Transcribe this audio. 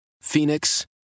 Phoenix